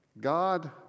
God